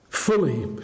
fully